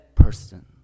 person